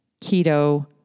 keto